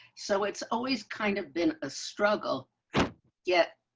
so it's always kind of been a struggle yet.